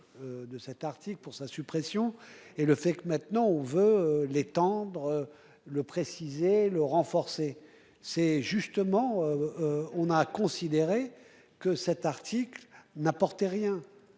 De cet article pour sa suppression et le fait que maintenant on veut l'étendre. Le préciser le renforcer, c'est justement. On a considéré. Que cet article n'apportait rien